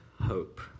hope